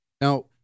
Now